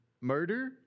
murder